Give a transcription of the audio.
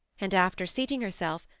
and, after seating herself,